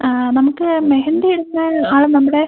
നമുക്ക് മെഹന്തി ഇടുന്ന ആൾ നമ്മുടെ